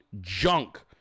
junk